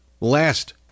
last